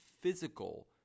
physical